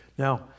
Now